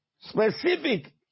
specific